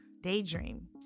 daydream